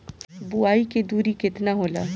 बुआई के दुरी केतना होला?